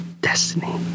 Destiny